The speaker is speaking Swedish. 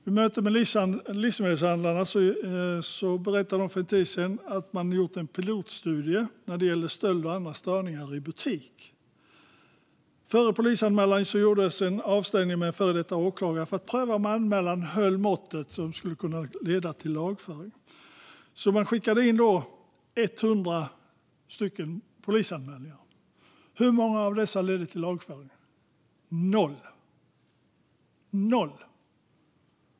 Vid ett möte med Livsmedelshandlarna berättade de att de för en tid sedan gjorde en pilotstudie om stöld och andra störningar i butik. Före polisanmälan gjordes en avstämning med en före detta åklagare för att pröva om anmälan höll måttet så att den kan leda till lagföring. Man skickade in 100 polisanmälningar. Hur många av dessa ledde till lagföring? Noll!